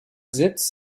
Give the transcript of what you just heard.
sitz